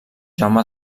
jaume